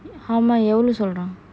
how எவ்ளோ சொல்றான்:evlo solran